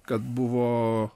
kad buvo